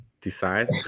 decide